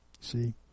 see